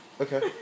Okay